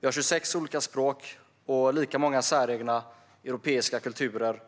Vi har 26 olika språk och lika många säregna europeiska kulturer.